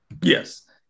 yes